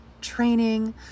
training